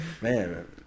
man